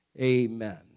Amen